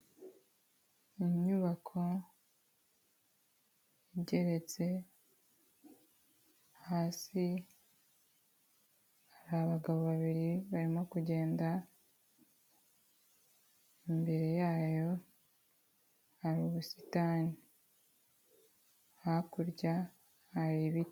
Inyubako igeretse, hasi abagabo babiri barimo kugenda, imbere yayo hari ubusitani, hakurya hari ibiti.